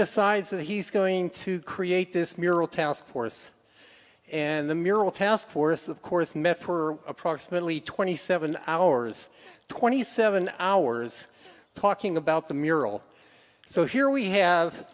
decides that he's going to create this mural task force and the mural task force of course met for approximately twenty seven hours twenty seven hours talking about the mural so here we have